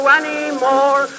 anymore